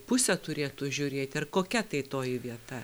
pusę turėtų žiūrėt ir kokia tai toji vieta